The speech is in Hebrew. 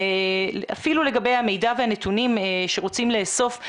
אפילו לגבי המידע והנתונים שרוצים לאסוף.